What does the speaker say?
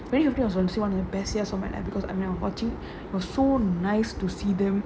was so nice to see them